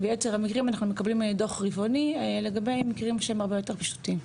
ביתר המקרים אנחנו מקבלים דו"ח רבעוני לגבי מקרים שהם הרבה יותר פשוטים.